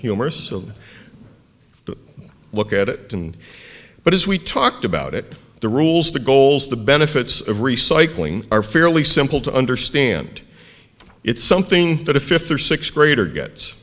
humorous to look at it and but as we talked about it the rules the goals the benefits of recycling are fairly simple to understand it's something that a fifth or sixth grader gets